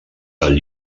del